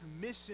mission